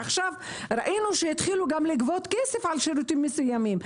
ראינו שהתחילו גם לגבות כסף על שירותים מסוימים.